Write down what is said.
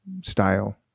style